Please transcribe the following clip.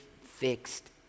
Fixed